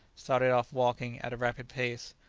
started off walking at a rapid pace,